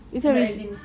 is that ris~